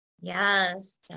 Yes